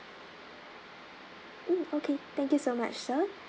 mm okay thank you so much sir